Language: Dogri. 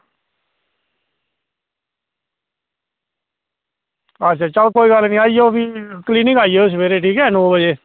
अच्छा चलो कोई गल्ल निं आई जाओ भी क्लीनिक आई जाएओ सवेरे ठीक ऐ नौ बजे